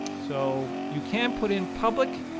so you can put in public.